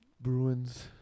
Bruins